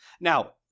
Now